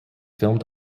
filmed